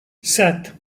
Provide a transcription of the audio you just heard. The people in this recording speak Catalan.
set